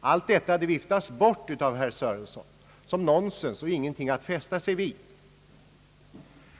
Allt detta viftas bort av herr Sörenson som nonsens och ingenting att fästa sig vid.